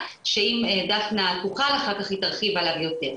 שאם דפנה תוכל אחר כך היא תרחיב עליו יותר.